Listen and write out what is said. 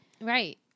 Right